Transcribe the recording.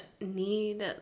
need